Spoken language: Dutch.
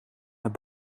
naar